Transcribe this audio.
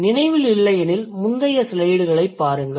நினைவில் இல்லையெனில் முந்தைய ஸ்லைடுகளைப் பாருங்கள்